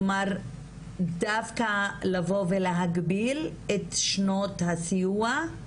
כלומר, דווקא לבוא ולהגביל את שנות הסיוע?